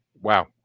wow